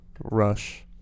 Rush